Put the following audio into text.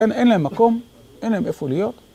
אין להם מקום, אין להם איפה להיות.